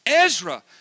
Ezra